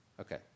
Okay